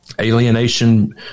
alienation